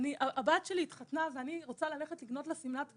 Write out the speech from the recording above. הבת שלי התחתנה ורציתי ללכת לקנות לה שמלת כלה,